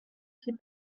qui